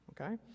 okay